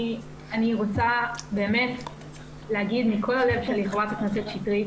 אני רוצה להגיד מכל הלב לחברת הכנסת שטרית